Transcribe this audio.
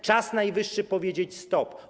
Czas najwyższy powiedzieć: stop.